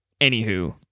Anywho